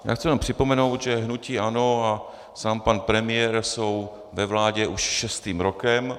Já chci jenom připomenout, že hnutí ANO a sám pan premiér jsou ve vládě už šestým rokem.